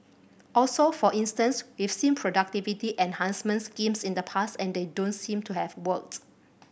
also for instance we've seen productivity enhancement schemes in the past and they don't seem to have worked